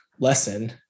lesson